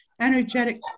energetic